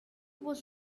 was